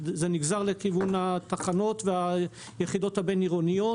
זה נגזר לכיוון התחנות והיחידות הבין-עירוניות.